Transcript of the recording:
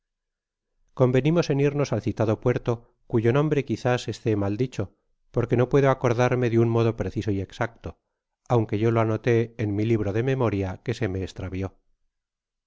convenimos en irnos al citado puerto cuyo nombre quizás esté mal dicho porque no puedo acordarme de un modo preciso y exacto auuque yo lo anoté en mi libro de memoria que se me estravio